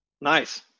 Nice